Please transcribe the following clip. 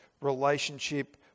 relationship